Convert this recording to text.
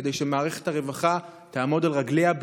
כדי שמערכת הרווחה תעמוד על רגליה,